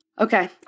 Okay